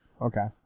Okay